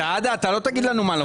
סעדה, אתה לא תגיד לנו מה לומר.